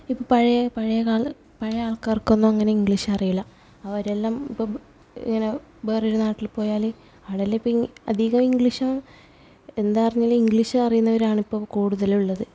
ഇപ്പം ഇപ്പഴേ പഴയ കാല പഴയ ആൾക്കാർക്കൊന്നുവങ്ങനെ ഇംഗ്ലീഷ് അറിയില്ല അവരെല്ലാം ഇപ്പം ഇങ്ങനെ വേറൊരു നാട്ടിൽപ്പോയാല് അവിടെ എല്ലാം ഇപ്പം ഈ അധികവും ഇംഗ്ലീഷും എന്താർന്നേലു ഇംഗ്ലീഷ് അറിയുന്നവരാണിപ്പം കൂട്തലുള്ളത്